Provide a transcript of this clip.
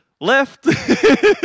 left